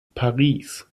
paris